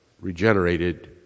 regenerated